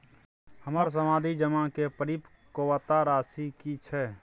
हमर सावधि जमा के परिपक्वता राशि की छै?